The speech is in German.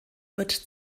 wird